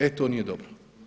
E to nije dobro.